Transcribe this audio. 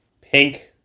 pink